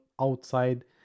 Outside